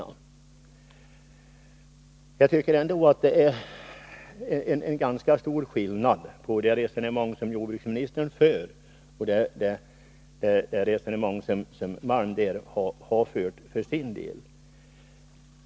Men jag tycker att det är en ganska stor skillnad på det resonemang som jordbruksministern för och det resonemang som Stig Malm har fört för sin del.